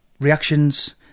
reactions